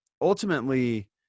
ultimately